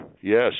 Yes